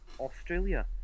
Australia